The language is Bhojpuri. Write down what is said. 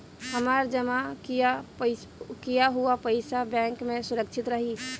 हमार जमा किया हुआ पईसा बैंक में सुरक्षित रहीं?